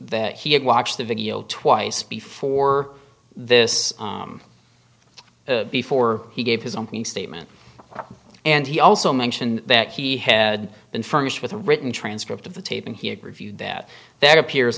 that he had watched the video twice before this before he gave his opening statement and he also mentioned that he had been furnished with a written transcript of the tape and he had reviewed that there appears